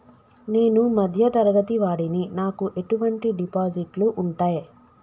నేను మధ్య తరగతి వాడిని నాకు ఎటువంటి డిపాజిట్లు ఉంటయ్?